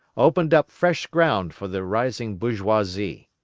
opened up fresh ground for the rising bourgeoisie.